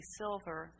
silver